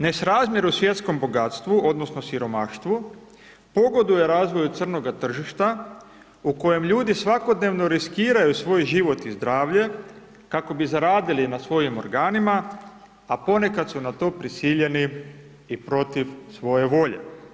Nesrazmjer u svjetskom bogatstvu, odnosno, siromaštvu, pogoduje razvoju crnoga tržišta, u kojem ljudi svakodnevno riskiraju svoj život i zdravlje, kako bi zaradili na svojim organima, a ponekad su na to prisiljeni i protiv svoje volje.